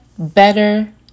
better